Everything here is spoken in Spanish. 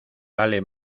vale